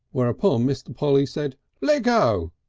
whereupon mr. polly said leggo!